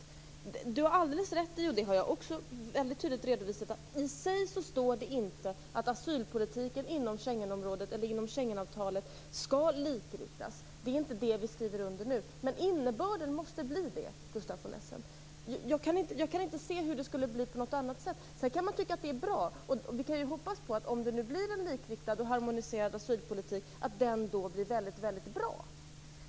Gustaf von Essen har alldeles rätt i, och det har jag också mycket tydligt redovisat, att det i sig inte står att asylpolitiken inom Schengenavtalet skall likriktas. Det är inte det vi skriver under nu. Men innebörden måste bli den, Gustaf von Essen. Jag kan inte se hur det skulle bli på något annat sätt. Sedan kan man tycka att det är bra. Vi kan ju hoppas att en likriktad och harmoniserad asylpolitik blir väldigt bra.